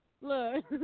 Look